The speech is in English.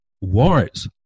warrants